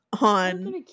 on